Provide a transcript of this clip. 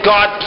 God